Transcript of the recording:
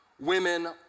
women